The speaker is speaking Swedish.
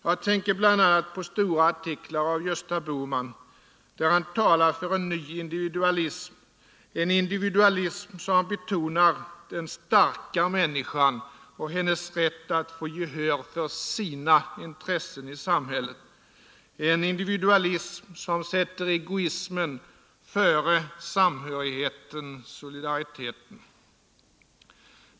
Jag tänker bl.a. på stora artiklar av Gösta Bohman, där han talar för en ny individualism, en individualism som betonar den starka människan och hennes rätt att få gehör för sina intressen i samhället, en individualism som sätter egoismen före samhörigheten, solidariteten.